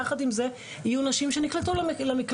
יחד עם זה יהיו נשים שנקלטו למקלט,